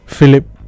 Philip